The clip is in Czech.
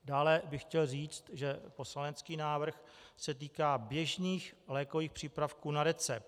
Dále bych chtěl říct, že poslanecký návrh se týká běžných lékových přípravků na recept.